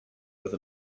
with